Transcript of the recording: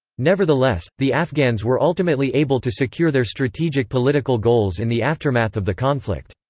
nevertheless, the afghans were ultimately able to secure their strategic political goals in the aftermath of the conflict.